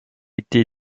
été